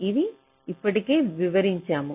ఇది ఇప్పటికే వివరించాము